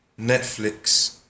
Netflix